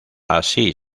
así